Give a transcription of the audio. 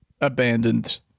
abandoned